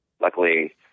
Luckily